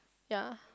ya